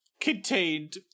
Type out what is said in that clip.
contained